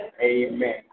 Amen